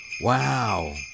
Wow